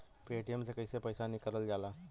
Paytm से कैसे पैसा निकलल जाला?